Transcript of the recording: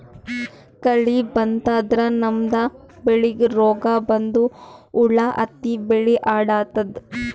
ಕಳಿ ಬಂತಂದ್ರ ನಮ್ಮ್ ಬೆಳಿಗ್ ರೋಗ್ ಬಂದು ಹುಳಾ ಹತ್ತಿ ಬೆಳಿ ಹಾಳಾತದ್